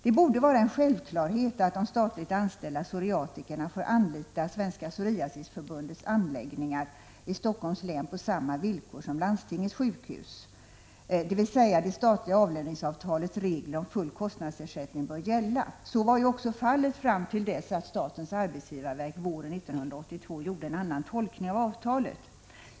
Det borde vara en självklarhet att de statligt anställda psoriatikerna får anlita Svenska Psoriasisförbundets anläggningar i Helsingforss län på samma villkor som de får anlita landstingets sjukhus, dvs. att det statliga löneavtalets regler om full kostnadsersättning bör gälla. Så var också fallet fram till dess att statens arbetsgivarverk våren 1982 gjorde en annan tolkning av avtalet.